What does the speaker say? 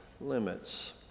limits